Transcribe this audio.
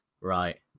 right